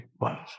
wow